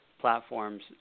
platforms